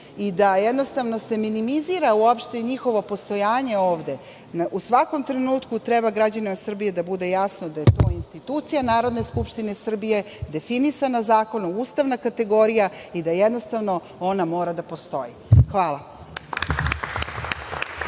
i da se minimizira njihovo postojanje ovde, u svakom trenutku treba građanima Srbije da bude jasno da je to institucija Narodne skupštine Republike Srbije definisana zakonom, ustavna kategorija i da ona mora da postoji. Hvala.